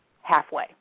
halfway